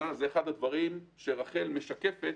זה אחד הדברים שרח"ל משקפת,